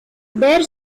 their